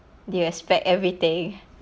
they expect everything